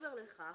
מעבר לכך,